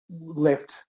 left